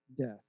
death